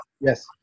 Yes